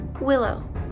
Willow